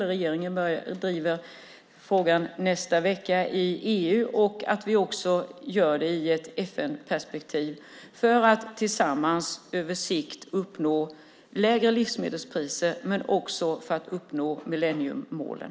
Regeringen driver frågan nästa vecka i EU och bör göra det också med ett FN-perspektiv, för att tillsammans på sikt uppnå lägre livsmedelspriser samt uppnå millenniemålen.